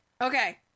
Okay